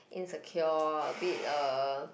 insecure a bit uh